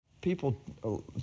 People